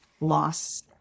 loss